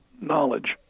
knowledge